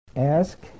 Ask